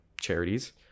charities